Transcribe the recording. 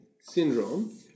syndrome